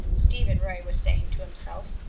stephen ray was saying to himself.